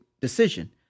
decision